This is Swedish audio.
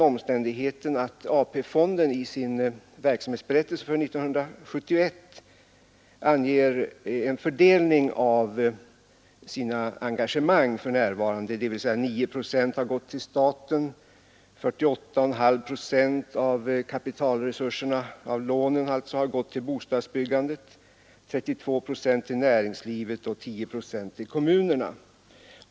AP-fonden anger i sin verksamhetsberättelse för 1971 fördelningen av engagemangen. 9 procent av lånen har gått till staten, 48,5 procent till bostadsbyggandet, 32 procent till näringslivet och 10 procent till kommunerna.